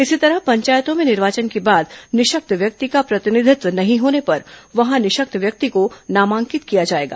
इसी तरह पंचायतों में निर्वाचन के बाद निःशक्त व्यक्ति का प्रतिनिधित्व नहीं होने पर वहां निःशक्त व्यक्ति को नामांकित किया जाएगा